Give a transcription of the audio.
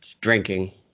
drinking